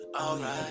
Alright